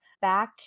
back